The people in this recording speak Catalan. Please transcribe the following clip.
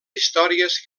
històries